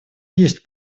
есть